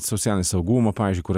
socialinį saugumą pavyzdžiui kur